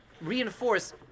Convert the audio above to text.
reinforce